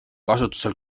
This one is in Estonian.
kasutusel